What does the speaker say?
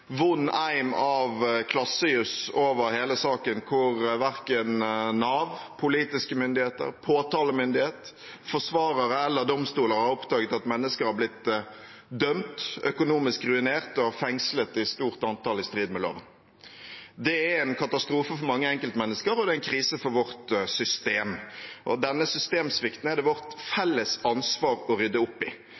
vond eim av klassejus over hele saken, hvor verken Nav, politiske myndigheter, påtalemyndighet, forsvarere eller domstoler har oppdaget at mennesker har blitt dømt, økonomisk ruinert og fengslet i stort antall i strid med loven. Det er en katastrofe for mange enkeltmennesker, og det er en krise for vårt system. Denne systemsvikten er det vårt felles ansvar å rydde opp i.